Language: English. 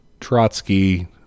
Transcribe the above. Trotsky